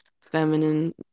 feminine